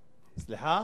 סליחה.